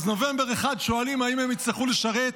אז נובמבר 1 שואלים אם הם יצטרכו לשרת